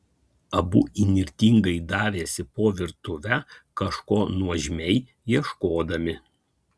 abu įnirtingai davėsi po virtuvę kažko nuožmiai ieškodami